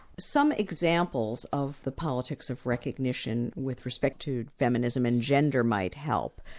some examples of the politics of recognition with respect to feminism and gender might help.